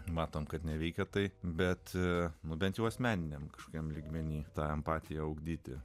matome kad neveikia tai bet nu bent jau asmeniniam kokiam lygmenyje tą empatiją ugdyti